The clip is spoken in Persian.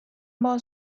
باز